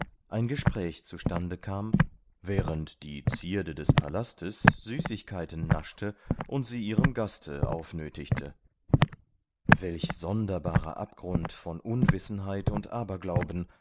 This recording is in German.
ein gespräch zustande kam während die zierde des palastes süßigkeiten naschte und sie ihrem gaste aufnötigte welch sonderbarer abgrund von unwissenheit und aberglauben